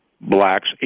blacks